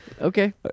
okay